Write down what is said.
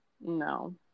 No